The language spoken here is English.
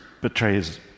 betrays